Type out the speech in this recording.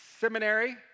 seminary